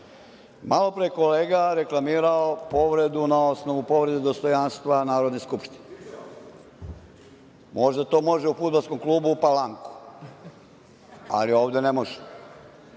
je kolega reklamirao povredu na osnovu povrede dostojanstva Narodne skupštine. Možda to može u fudbalskom klubu u Palanku, ali ovde ne može.